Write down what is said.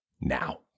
now